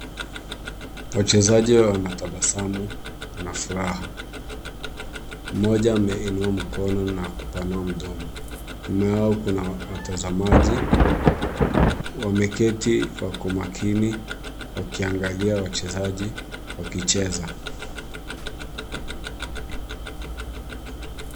Wachezaji wanatabasamu na furaha. Mmoja ameinua mkono na kupanua mdomo. Nyuma yao kuna watazamaji wameketi wako makini wakiangalia wachezaji wakicheza.